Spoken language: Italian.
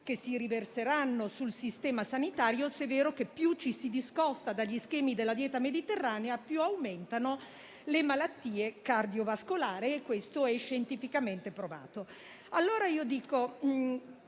che si riverseranno sul Sistema sanitario, se è vero che più ci si discosta dagli schemi della dieta mediterranea più aumentano le malattie cardiovascolari, e questo è scientificamente provato. Allora io dico: